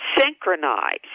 synchronize